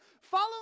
Follow